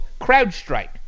CrowdStrike